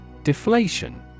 Deflation